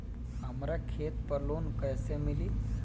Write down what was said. हमरा खेत पर लोन कैसे मिली?